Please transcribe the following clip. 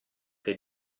che